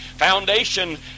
Foundation